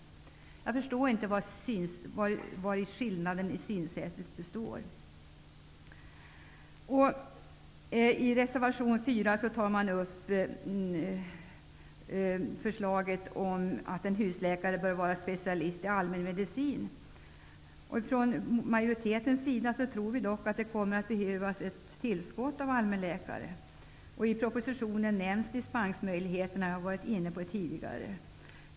Jag förstår inte vari skillnaden i synsättet består. I reservation 4 framförs förslag om att en husläkare bör vara specialist i allmänmedicin. Från majoritetens sida tror vi dock att det kommer att behövas ett tillskott av allmänläkare, och i propositionen nämns dispensmöjligheterna, som jag har varit inne på tidigare.